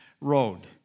Road